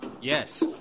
Yes